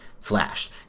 flashed